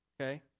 okay